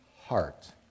heart